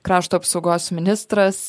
krašto apsaugos ministras